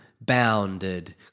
bounded